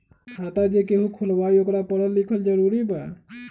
खाता जे केहु खुलवाई ओकरा परल लिखल जरूरी वा?